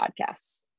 Podcasts